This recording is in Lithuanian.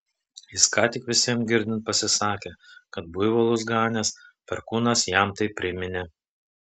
jis ką tik visiems girdint pasisakė kad buivolus ganęs perkūnas jam tai priminė